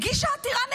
הגישה עתירה נגדנו,